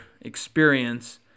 experience